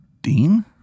Dean